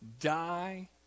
die